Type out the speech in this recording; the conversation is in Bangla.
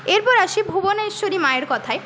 এরপর আসি ভুবনেশ্বরী মায়ের কথায়